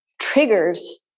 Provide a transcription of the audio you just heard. triggers